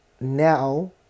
Now